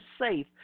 safe